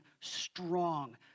strong